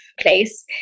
place